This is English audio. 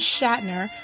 Shatner